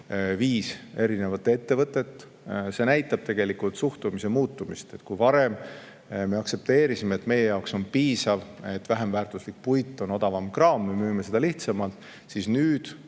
viis ettevõtet. See näitab tegelikult suhtumise muutumist. Kui varem me aktsepteerisime, et meie jaoks on piisav, et vähem väärtuslik puit on odavam kraam, me müüme seda lihtsamalt, siis nüüd